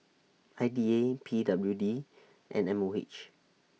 I D A P W D and M O H